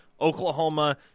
Oklahoma